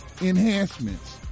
enhancements